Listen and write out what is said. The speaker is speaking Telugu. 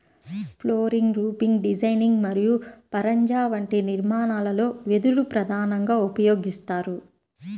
ఫ్లోరింగ్, రూఫింగ్ డిజైనింగ్ మరియు పరంజా వంటి నిర్మాణాలలో వెదురు ప్రధానంగా ఉపయోగిస్తారు